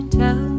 tell